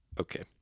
Okay